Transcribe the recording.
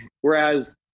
Whereas